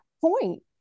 point